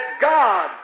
God